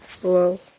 Hello